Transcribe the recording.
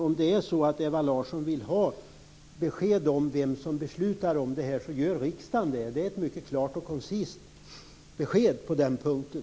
Om det är så att Ewa Larsson vill ha besked om vem som fattar beslut i frågan, så är svaret att riksdagen gör det. Det är ett mycket klart och koncist besked på den punkten.